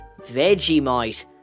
Vegemite